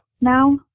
now